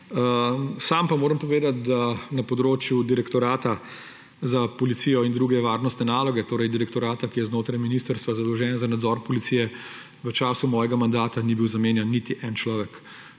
Sam pa moram povedati, da na področju Direktorata za policijo in druge varnostne naloge, torej direktorata, ki je znotraj ministrstva zadolžen za nadzor policije, v času mojega mandata ni bil zamenjan niti en človek,